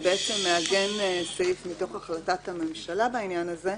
שמעגן סעיף מתוך החלטת הממשלה בעניין הזה.